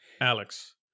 Alex